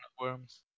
worms